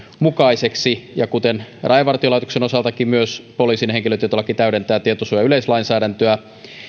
mukaiseksi ja kuten rajavartiolaitoksen osaltakin myös poliisin henkilötietolaki täydentää tietosuojan yleislainsäädäntöä